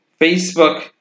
Facebook